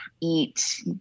eat